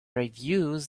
reviews